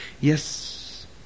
Yes